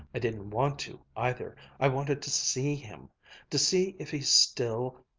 i didn't want to, either. i wanted to see him to see if he still,